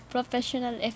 Professional